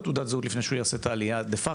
תעודת זהות לפני שהוא יעשה את העלייה דה-פקטו.